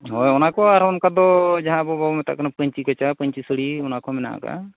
ᱦᱳᱭ ᱚᱱᱟ ᱠᱚ ᱟᱨᱚ ᱚᱱᱠᱟ ᱫᱚ ᱡᱟᱦᱟᱸ ᱟᱵᱚ ᱵᱟᱵᱚ ᱢᱮᱛᱟᱜ ᱠᱟᱱᱟ ᱯᱟᱹᱧᱪᱤ ᱠᱟᱪᱷᱟ ᱯᱟᱹᱧᱪᱤ ᱥᱟᱹᱲᱤ ᱚᱱᱟ ᱠᱚᱦᱚᱸ ᱢᱮᱱᱟᱜ ᱟᱠᱟᱜᱼᱟ